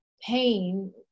pain